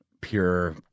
pure